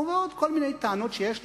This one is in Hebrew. או בעוד כל מיני טענות שיש להם,